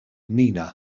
nina